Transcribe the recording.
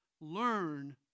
Learn